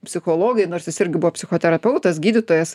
psichologai nors jis irgi buvo psichoterapeutas gydytojas